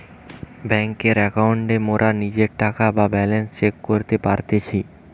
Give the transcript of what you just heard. বেংকের একাউন্টে মোরা নিজের টাকা বা ব্যালান্স চেক করতে পারতেছি